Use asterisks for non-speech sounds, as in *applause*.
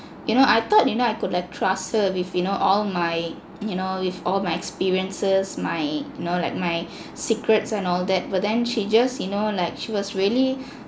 you know I thought you know I could like trust her with you know all my you know with all my experiences my you know like my *breath* secrets and all that but then she just you know like she was really